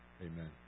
amen